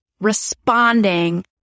responding